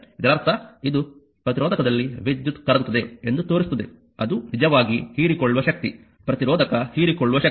ಇದರರ್ಥ ಇದು ಪ್ರತಿರೋಧಕದಲ್ಲಿ ವಿದ್ಯುತ್ ಕರಗುತ್ತದೆ ಎಂದು ತೋರಿಸುತ್ತದೆ ಅದು ನಿಜವಾಗಿ ಹೀರಿಕೊಳ್ಳುವ ಶಕ್ತಿ ಪ್ರತಿರೋಧಕ ಹೀರಿಕೊಳ್ಳುವ ಶಕ್ತಿ